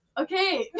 Okay